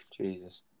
Jesus